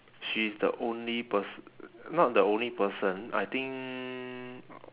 she is the only pers~ not the only person I think